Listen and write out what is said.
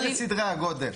אלה סדרי הגודל.